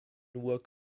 work